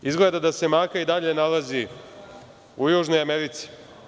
Izgleda da se Maka i dalje nalazi u Južnoj Americi.